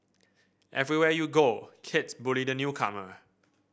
everywhere you go kids bully the newcomer